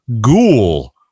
Ghoul